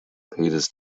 peters